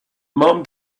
mom